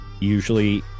usually